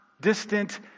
distant